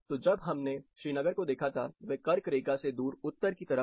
तो जब हमने श्रीनगर को देखा था वह कर्क रेखा से दूर उत्तर की तरफ था